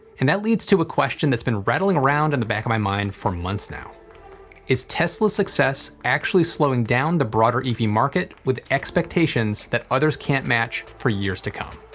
and that leads to a question that's been rattling around in and the back of my mind for months now is tesla's success actually slowing down the broader ev market with expectations that others can't match for years to come?